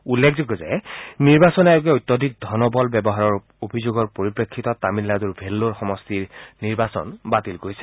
উল্লেখযোগ্য যে নিৰ্বাচন আয়োগে অত্যধিক ধনবল ব্যৱহাৰৰ অভিযোগৰ পৰিপ্ৰেক্ষিতত তামিলনাড়ৰ ভেল্লোৰ সমষ্টিৰ নিৰ্বাচন বাতিল কৰিছে